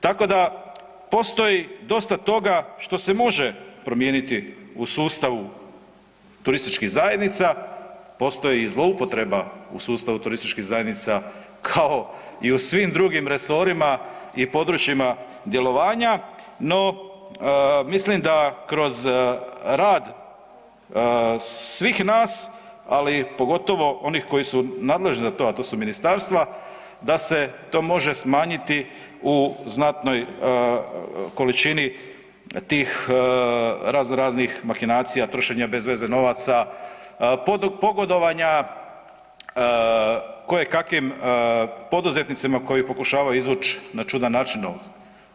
Tako da postoji dosta toga što se može promijeniti u sustavu turističkih zajednica, postoji i zloupotreba u sustavu turističkih zajednica kao i svim drugim resorima i područjima djelovanja, no mislim da kroz rad svih nas, ali pogotovo onih koji su nadležni za to, a to su ministarstva, da se to može smanjiti u znatnoj količini tih raznoraznih makinacija, trošenja bez veze novaca, pogodovanja kojekakvim poduzetnicima koji pokušavaju izvuć na čudan način novce.